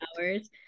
hours